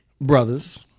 Brothers